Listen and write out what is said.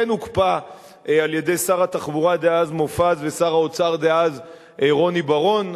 הוקפא על-ידי שר התחבורה דאז מופז ושר האוצר דאז רוני בר-און.